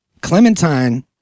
Clementine